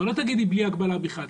אבל לא תגידי בלי הגבלה בכלל,